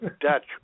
Dutch